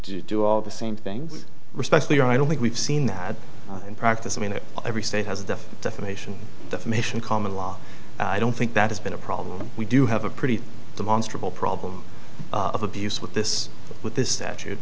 do all the same things respectfully i don't think we've seen that in practice i mean every state has the defamation defamation common law i don't think that has been a problem we do have a pretty demonstrably problem of abuse with this with this statute